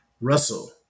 Russell